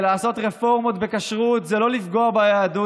ולעשות רפורמות בכשרות זה לא לפגוע ביהדות,